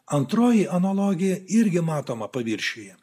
antroji analogija irgi matoma paviršiuje